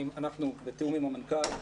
אנחנו בתיאום עם המנכ"ל,